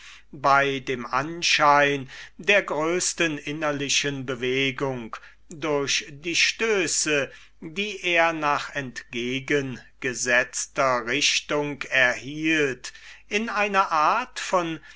bei dem anschein der größten innerlichen bewegung durch die stöße die er nach entgegengesetzter richtung erhielt in eine art von